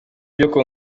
yaho